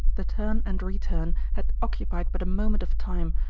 the turn and return had occupied but a moment of time,